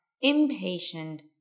impatient